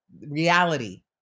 reality